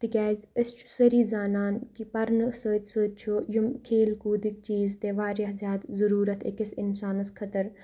تِکیٛازِ أسۍ چھِ سٲری زانان کہِ پَرنہٕ سۭتۍ سۭتۍ چھُ یِم کھیل کوٗدٕکۍ چیٖز تہِ واریاہ زیادٕ ضوٚروٗرت أکِس اِنسانَس خٲطرٕ